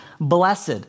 Blessed